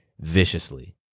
viciously